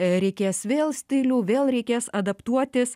reikės vėl stilių vėl reikės adaptuotis